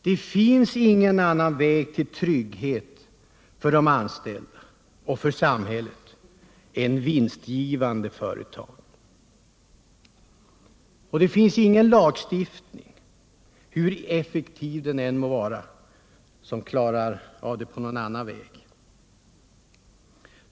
Det finns ingen annan väg till trygghet för de anställda och för samhället än vinstgivande företag, och ingen lagstiftning, hur effektiv den än må vara, klarar av de svårigheterna på något annat sätt.